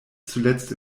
zuletzt